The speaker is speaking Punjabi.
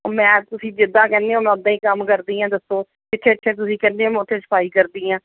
ਉਹ ਮੈਂ ਤੁਸੀਂ ਜਿੱਦਾਂ ਕਹਿੰਦੇ ਹੋ ਮੈਂ ਉੱਦਾਂ ਹੀ ਕੰਮ ਕਰਦੀ ਹਾਂ ਦੱਸੋ ਜਿੱਥੇ ਜਿੱਥੇ ਤੁਸੀਂ ਕਹਿੰਦੇ ਮੈਂ ਉੱਥੇ ਸਫ਼ਾਈ ਕਰਦੀ ਹਾਂ